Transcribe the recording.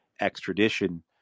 extradition